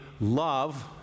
love